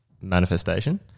manifestation